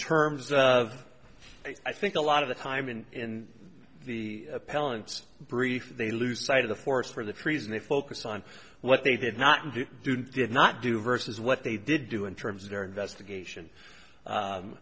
terms of i think a lot of the time in the appellant's brief they lose sight of the forest for the trees and they focus on what they did not do do did not do versus what they did do in terms of their investigation